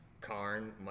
Karn